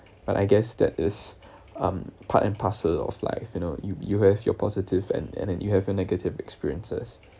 but I guess that is um part and parcel of life you know you you have your positive and and and you have your negative experiences